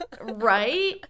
Right